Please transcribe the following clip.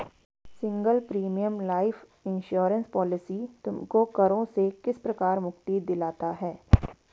Single premium life insurance policy तुमको करों से किस प्रकार मुक्ति दिलाता है?